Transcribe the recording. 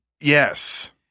Yes